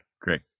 Great